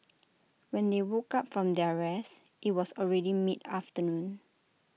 when they woke up from their rest IT was already mid afternoon